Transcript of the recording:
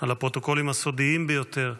לפרוטוקולים הסודיים ביותר.